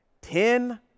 ten